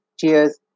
Cheers